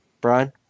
Brian